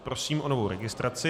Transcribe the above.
Prosím o novou registraci.